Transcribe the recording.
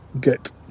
get